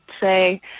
say